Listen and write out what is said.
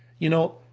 you know,